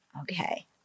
Okay